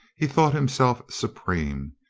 he thought himself supreme.